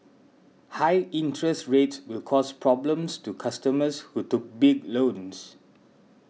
high interest rates will cause problems to customers who took big loans